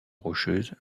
rocheuses